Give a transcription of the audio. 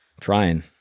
Trying